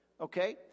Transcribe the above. Okay